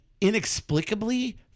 inexplicably